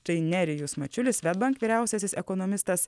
tai nerijus mačiulis svedbank vyriausiasis ekonomistas